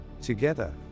Together